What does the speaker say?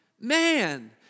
man